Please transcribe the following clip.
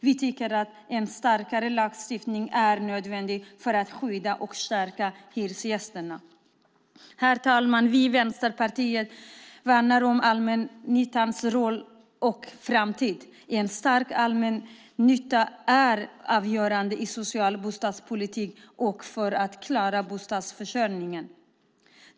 Vi tycker att en starkare lagstiftning är nödvändig för att skydda och stärka hyresgästerna. Herr talman! Vi i Vänsterpartiet värnar om allmännyttans roll och framtid. En stark allmännytta är avgörande i en social bostadspolitik och för att klara bostadsförsörjningen.